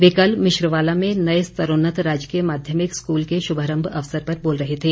वे कल मिश्रवाला में नए स्तरोन्नत राजकीय माध्यमिक स्कूल के श्भारंभ अवसर पर बोल रहे थे